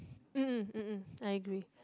uh I agree